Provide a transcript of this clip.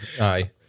aye